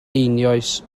einioes